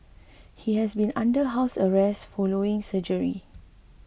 he has been under house arrest following surgery